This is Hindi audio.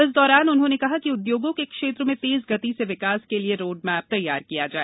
इस दौरान उन्होंने कहा कि उद्योगों के क्षेत्र में तेज गति से विकास के लिए रोडमैप तैयार किया जाए